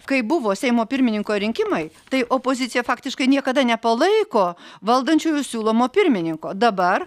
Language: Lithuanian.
kai buvo seimo pirmininko rinkimai tai opozicija faktiškai niekada nepalaiko valdančiųjų siūlomo pirmininko dabar